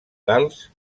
tals